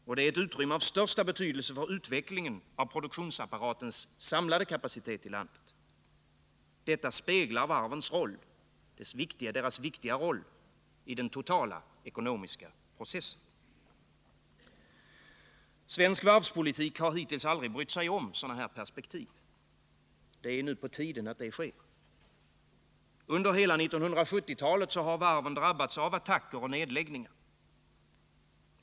Och det är ett utrymme av största betydelse för utvecklingen av produktionsapparatens samlade kapacitet i landet. Detta speglar varvens viktiga roll i den totala ekonomiska processen. Svensk varvspolitik har aldrig hittills brytt sig om sådana perspektiv. Det är nu på tiden att det sker. Under hela 1970-talet har varven drabbats av attacker och nedläggningar.